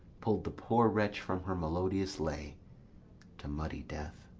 pull'd the poor wretch from her melodious lay to muddy death.